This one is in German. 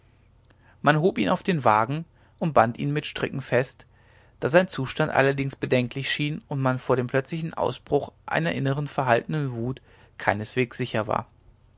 man hob ihn auf den wagen und band ihn mit stricken fest da sein zustand allerdings bedenklich schien und man vor dem plötzlichen ausbruch einer innern verhaltenen wut keinesweges sicher war